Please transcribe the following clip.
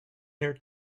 their